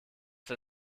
der